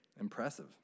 Impressive